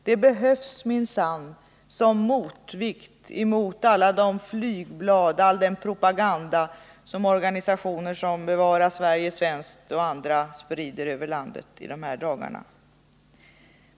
Det behövs minsann som motvikt mot alla de flygblad och all den propaganda som organisationer som ”Bevara Sverige svenskt” och andra sprider över landet i de här dagarna.